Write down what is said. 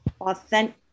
authentic